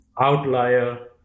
outlier